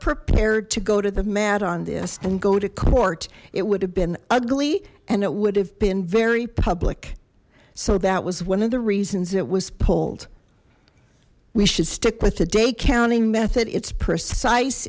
prepared to go to the mat on this and go to court it would have been ugly and it would have been very public so that was one of the reasons it was pulled we should stick with the day counting method it's precise